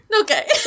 Okay